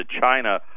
China